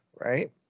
right